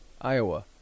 iowa